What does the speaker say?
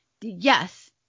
yes